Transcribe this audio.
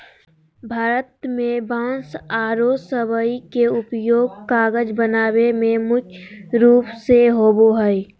भारत में बांस आरो सबई के उपयोग कागज बनावे में मुख्य रूप से होबो हई